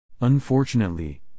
Unfortunately